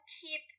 keep